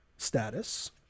status